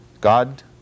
God